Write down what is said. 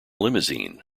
limousine